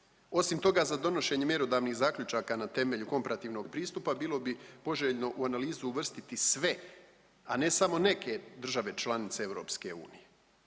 Osim toga, za donošenje mjerodavnih zaključaka na temelju komparativnog pristupa bilo bi poželjno u analizu uvrstiti sve, a ne samo neke države članice EU jer